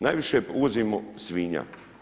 Najviše uvozimo svinja.